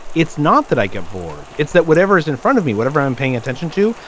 it's not that i get bored. it's that whatever is in front of me, whatever i'm paying attention to,